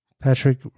Patrick